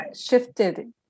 shifted